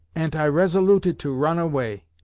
ant i resoluted to ron away.